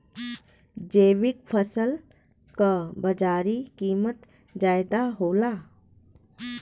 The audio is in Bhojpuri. जैविक फसल क बाजारी कीमत ज्यादा होला